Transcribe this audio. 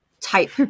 type